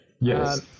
Yes